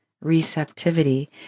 Receptivity